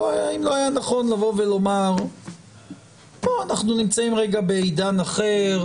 האם לא היה נכון לומר שאנחנו נמצאים בעידן אחר.